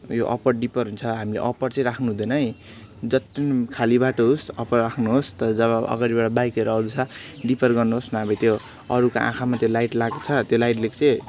यो upper dipper हुन्छ हामीले अप्पर चाहिँ राख्नु हुँदैन है जति पनि खाली बाटो होस् अप्पर राख्नुहोस् तर जब अगाडिबाट बाइकहरू आउँदैछ डिपर गर्नुहोस् नभए त्यो अरूको आँखामा त्यो लाइट लाग्छ त्यो लाइटले चाहिँ